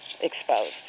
exposed